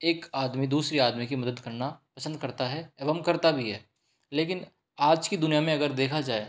एक आदमी दूसरे आदमी की मदद करना पसंद करता हैं एवं करता भी है लेकिन आज की दुनिया में अगर देखा जाए